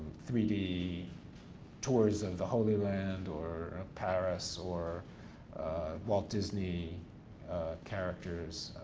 three d tours of the holy land or of paris or walt disney characters,